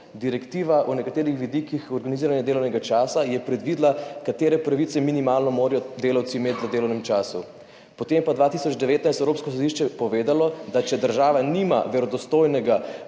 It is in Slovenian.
Direktiva o nekaterih vidikih organiziranja delovnega časa je predvidela, katere minimalne pravice morajo delavci imeti v delovnem času. Potem pa je leta 2019 Evropsko sodišče povedalo, da če država nima verodostojnega